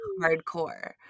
hardcore